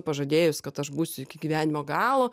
pažadėjus kad aš būsiu iki gyvenimo galo